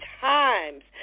times